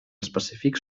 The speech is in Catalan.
específic